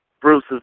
Bruce